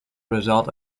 result